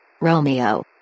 Romeo